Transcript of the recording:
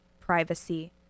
privacy